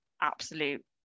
absolute